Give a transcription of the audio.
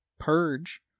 Purge